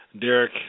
Derek